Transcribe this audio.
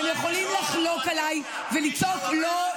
אתם יכולים לחלוק עליי ולצעוק: לא,